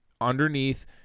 underneath